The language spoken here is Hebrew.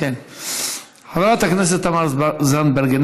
חברת הכנסת תמר זנדברג,